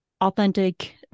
authentic